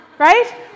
Right